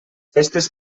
festes